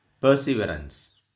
perseverance